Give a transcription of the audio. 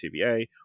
TVA